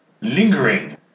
lingering